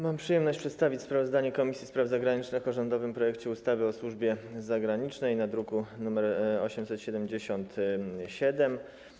Mam przyjemność przedstawić sprawozdanie Komisji Spraw Zagranicznych o rządowym projekcie ustawy o służbie zagranicznej z druku nr 877.